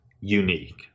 unique